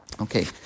Okay